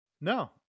no